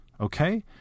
Okay